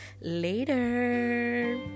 later